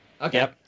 Okay